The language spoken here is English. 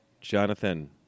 Jonathan